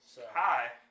hi